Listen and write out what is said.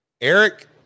Eric